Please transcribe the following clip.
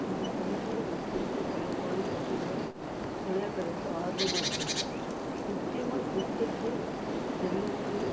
எங்கள் பகுதியில் நிறைய பா வாலிப பசங்க விளையாட்டில் ரொம்ப ஆர்வமாக இருக்காங்க முக்கியமாக கிரிக்கெட்டு டென்னிஸ்ஸு